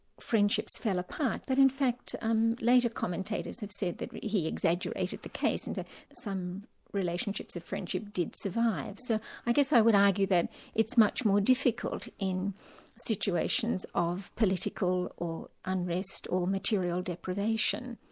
friendships fell apart. but in fact um later commentators have said that he exaggerated the case and so some relationships of friendship did survive. so i guess i would argue that it's much more difficult in situations of political or unrest or material depravation,